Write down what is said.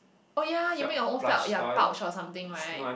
oh ya you make your own felt yeah pouch or something right